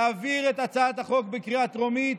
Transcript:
להעביר את הצעת החוק בקריאה טרומית,